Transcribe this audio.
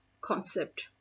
concept